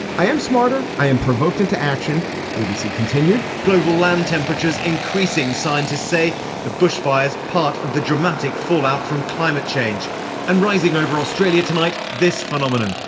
i am smarter. i am provoked into action abc continued global land temperature is increasing. scientists say the bushfires part of the dramatic fallout from climate change and rising overall australia tonight. this phenomenon,